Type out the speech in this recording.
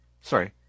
Sorry